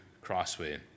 Crossway